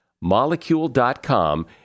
Molecule.com